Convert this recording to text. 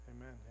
Amen